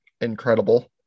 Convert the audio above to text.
incredible